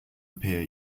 appear